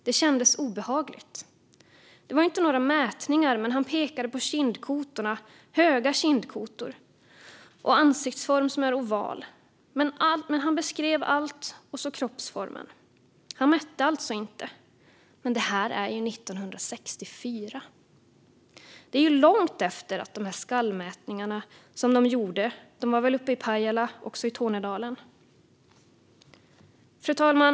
Det kändes obehagligt. Det var ju inte några mätningar, men han pekade på kindkotorna, höga kindknotor, och ansiktsform som är oval, men han beskrev allt och så kroppsformen. Han mätte alltså inte, men det här är ju 1964! Det är ju långt efter de här skallmätningarna dom gjorde, dom var väl uppe i Pajala också i Tornedalen." Fru talman!